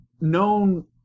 known